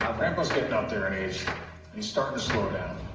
um grandpa's getting up there in age, and starting to slow down.